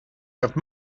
have